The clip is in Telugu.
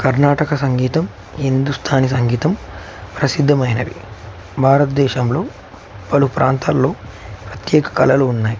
కర్ణాటక సంగీతం హిందుస్థాని సంగీతం ప్రసిద్ధమైనవి భారతదేశంలో పలు ప్రాంతాల్లో ప్రత్యేక కళలు ఉన్నాయి